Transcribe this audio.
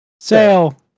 sale